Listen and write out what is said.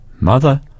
Mother